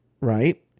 right